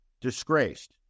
disgraced